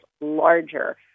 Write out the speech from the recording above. larger